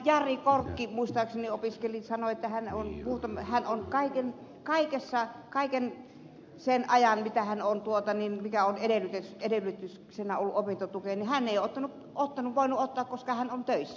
jari korkki muistaakseni sanoi että hän opiskeli kaiken sen ajan mitä hän on tuota niin mikä on ollut edellytyksenä opintotukeen mutta hän ei voinut ottaa opintotukea koska hän oli töissä